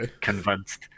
convinced